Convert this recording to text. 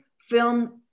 film